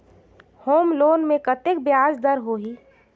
Home loan मे कतेक ब्याज दर होही?